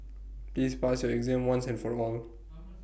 please pass your exam once and for all